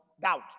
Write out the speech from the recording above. doubt